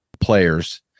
players